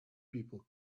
people